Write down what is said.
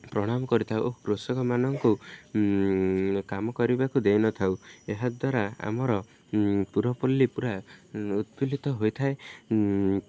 ପ୍ରଣାମ କରିଥାଉ ଓ କୃଷକମାନଙ୍କୁ କାମ କରିବାକୁ ଦେଇନଥାଉ ଏହା ଦ୍ୱାରା ଆମର ପୁରପଲ୍ଲୀ ପୁରା ଉତ୍ଫୁଲ୍ଲିତ ହୋଇଥାଏ